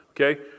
Okay